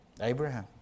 Abraham